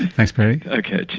thanks perry. ok, cheers.